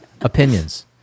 opinions